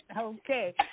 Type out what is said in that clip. Okay